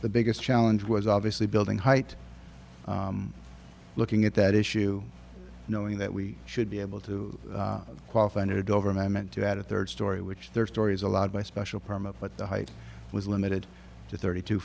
the biggest challenge was obviously building height looking at that issue knowing that we should be able to qualify under dover amendment to add a third story which their story is allowed by special permit but the height was limited to thirty two